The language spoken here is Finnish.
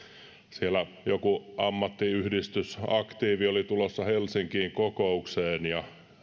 siellä joku ammattiyhdistysaktiivi oli tulossa helsinkiin kokoukseen ja